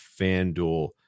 fanduel